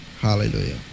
Hallelujah